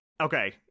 Okay